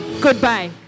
goodbye